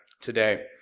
today